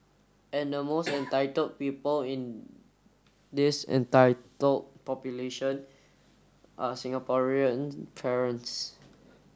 and the most entitled people in this entitled population are Singaporean parents